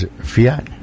Fiat